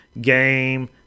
game